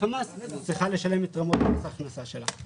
המס צריכה לשלם לפי רמות ההכנסה שלה.